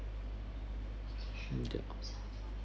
ya